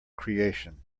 creation